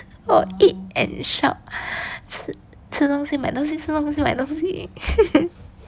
or eat and shop 吃东西买东西吃东西买东西